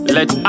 Let